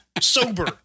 Sober